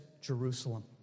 Jerusalem